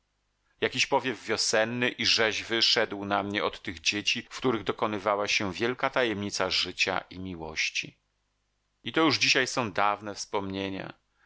jakiś powiew wiosenny i rzeźwy szedł na mnie od tych dzieci w których dokonywała się wielka tajemnica życia i miłości i to już dzisiaj są dawne wspomnienia